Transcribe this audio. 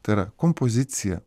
tai yra kompozicija